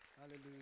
Hallelujah